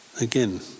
again